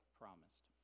promised